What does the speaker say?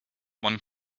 one